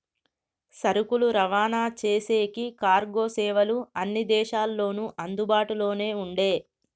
సరుకులు రవాణా చేసేకి కార్గో సేవలు అన్ని దేశాల్లోనూ అందుబాటులోనే ఉండే